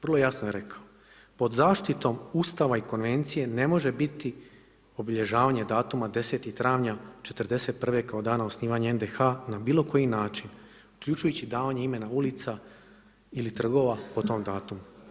Vrlo jasno je rekao pod zaštitom Ustava i konvencije ne može biti obilježavanje datuma 10. travnja '41. kao dana osnivanja NDH na bilo koji način uključujući davanje imena ulica ili trgova po tom datumu.